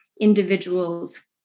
individuals